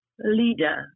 Leader